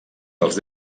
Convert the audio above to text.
dels